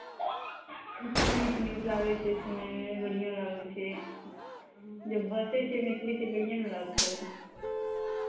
नीक नीक लागै छै सुनयमे बढ़िआँ लागै छै जे भाषे छै मैथिली तऽ बढ़िएँ ने लगतै